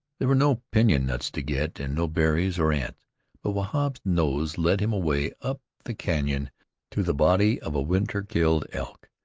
there were no pinon-nuts to get, and no berries or ants but wahb's nose led him away up the canon to the body of a winter-killed elk,